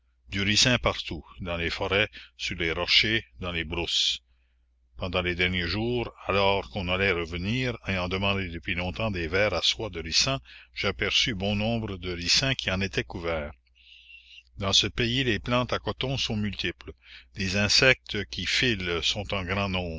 du ricin partout dans les forêts sur les rochers dans les brousses pendant les derniers jours alors qu'on allait revenir ayant demandé depuis longtemps des vers à soie de ricin j'aperçus bon nombre de ricins qui en étaient couverts la commune dans ce pays les plantes à coton sont multiples les insectes qui filent sont en grand nombre